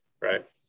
Right